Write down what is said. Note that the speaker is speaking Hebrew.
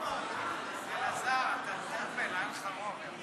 אלעזר, היה לך רוב.